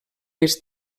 més